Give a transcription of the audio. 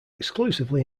exclusively